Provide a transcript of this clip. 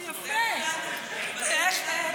יפה, ביג דיל.